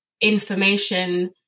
information